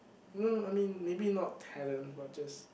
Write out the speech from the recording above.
no I mean maybe not talent but just